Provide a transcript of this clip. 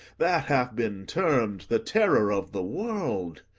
that have been term'd the terror of the world?